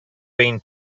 been